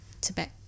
Tibet